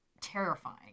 terrifying